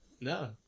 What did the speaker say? No